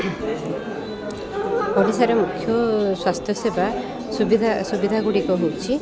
ଓଡ଼ିଶାରେ ମୁଖ୍ୟ ସ୍ୱାସ୍ଥ୍ୟ ସେେବା ସୁବିଧା ସୁବିଧା ଗୁଡ଼ିକ ହେଉଛି